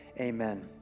Amen